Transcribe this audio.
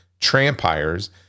trampires